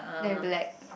then black